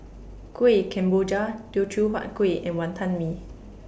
Kueh Kemboja Teochew Huat Kueh and Wantan Mee